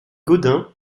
gaudin